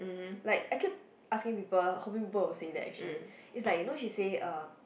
like I kept people how many people will say that actually it's like you know she say uh